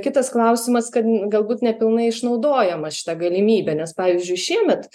kitas klausimas kad galbūt nepilnai išnaudojama šita galimybė nes pavyzdžiui šiemet